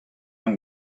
and